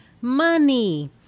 money